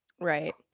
Right